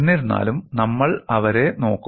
എന്നിരുന്നാലും നമ്മൾ അവരെ നോക്കും